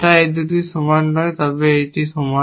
তাই এই দুটি সমান নয় তবে এটি সমান